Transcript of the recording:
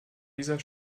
dieser